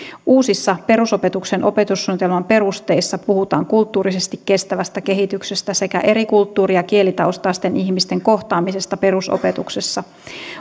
uusissa perusopetuksen opetussuunnitelman perusteissa puhutaan kulttuurisesti kestävästä kehityksestä sekä eri kulttuuri ja kielitaustaisten ihmisten kohtaamisesta perusopetuksessa